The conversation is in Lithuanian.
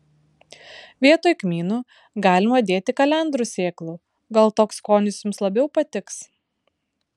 vietoj kmynų galima dėti kalendrų sėklų gal toks skonis jums labiau patiks